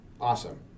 awesome